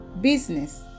business